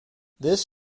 this